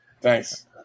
Thanks